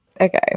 Okay